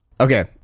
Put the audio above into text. Okay